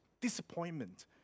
disappointment